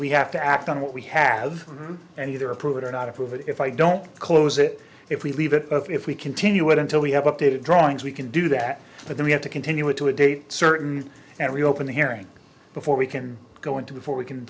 we have to act on what we have and either approve it or not approve if i don't close it if we leave it but if we continue it until we have updated drawings we can do that but then we have to continue it to a date certain and reopen the hearing before we can go into before we can